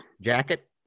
jacket